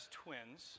twins